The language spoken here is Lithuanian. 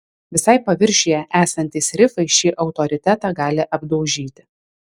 visai paviršiuje esantys rifai šį autoritetą gali apdaužyti